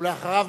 ואחריו,